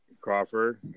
Crawford